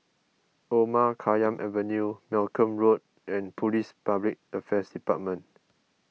Omar Khayyam Avenue Malcolm Road and Police Public Affairs Department